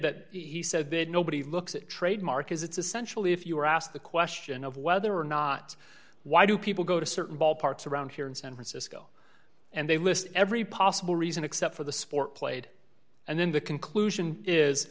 that he said that nobody looks at trademark as it's essential if you are asked the question of whether or not why do people go to certain ballparks around here in san francisco and they list every possible reason except for the sport played and then the conclusion is